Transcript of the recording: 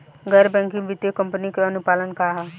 गैर बैंकिंग वित्तीय कंपनी के अनुपालन का ह?